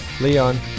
Leon